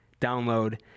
download